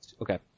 Okay